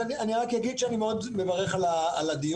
אני רק אגיד שאני מאוד מברך על הדיון,